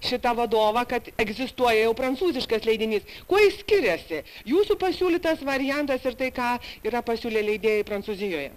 šitą vadovą kad egzistuoja jau prancūziškas leidinys kuo jis skiriasi jūsų pasiūlytas variantas ir tai ką yra pasiūlę leidėjai prancūzijoje